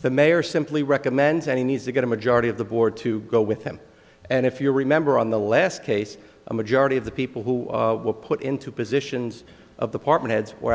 the mayor simply recommends any need to get a majority of the board to go with him and if you remember on the last case a majority of the people who were put into positions of the partment heads were